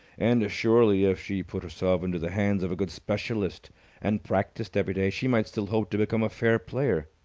and surely, if she put herself into the hands of a good specialist and practised every day, she might still hope to become a fair player.